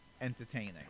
entertaining